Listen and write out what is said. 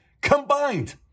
combined